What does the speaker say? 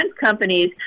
companies